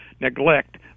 neglect